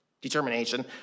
determination